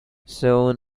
soon